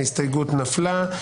ההסתייגות נפלה.